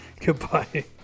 Goodbye